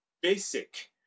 basic